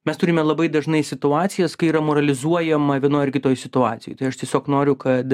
mes turime labai dažnai situacijas kai yra moralizuojama vienoj ar kitoj situacijoj tai aš tiesiog noriu kad